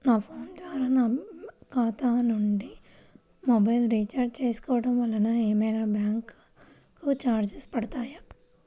నా ఫోన్ ద్వారా నా ఖాతా నుండి మొబైల్ రీఛార్జ్ చేసుకోవటం వలన ఏమైనా బ్యాంకు చార్జెస్ పడతాయా?